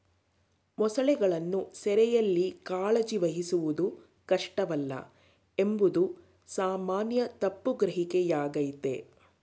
ಮೊಸಳೆಗಳನ್ನು ಸೆರೆಯಲ್ಲಿ ಕಾಳಜಿ ವಹಿಸುವುದು ಕಷ್ಟವಲ್ಲ ಎಂಬುದು ಸಾಮಾನ್ಯ ತಪ್ಪು ಗ್ರಹಿಕೆಯಾಗಯ್ತೆ